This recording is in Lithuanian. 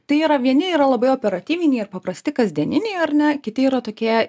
tai yra vieni yra labai operatyviniai ir paprasti kasdieniniai ar ne kiti yra tokie